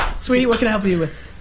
saweetie, what can i help you with?